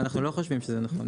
אנחנו לא חושבים שזה נכון.